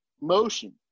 motion